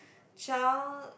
child